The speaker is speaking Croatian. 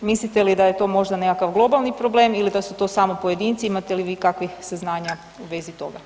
Mislite li da je to možda nekakav globalni problem ili da su to samo pojedinci, imate li vi kakvih saznanja u vezi toga?